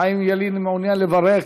חיים ילין מעוניין לברך,